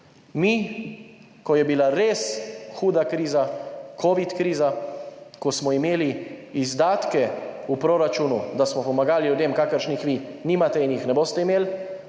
Mi, ko je bila res huda kriza, covid kriza, ko smo imeli izdatke v proračunu, da smo pomagali ljudem, kakršnih vi nimate in jih ne boste imeli,